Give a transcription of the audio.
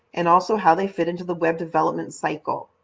and also how they fit into the web development cycle.